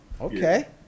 okay